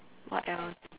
what else